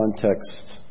context